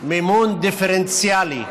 מימון דיפרנציאלי